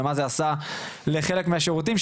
ומה זה עשה לחלק מהשירותים,